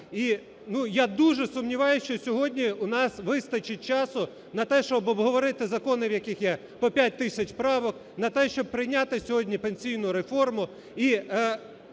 я дуже сумніваюсь, що сьогодні у нас вистачить часу на те, щоб обговорити закони, в яких є по 5 тисяч правок, на те, щоб прийняти сьогодні пенсійну реформу